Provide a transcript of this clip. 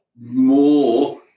more